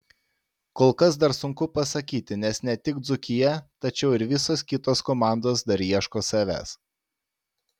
kol kas dar sunku pasakyti nes ne tik dzūkija tačiau ir visos kitos komandos dar ieško savęs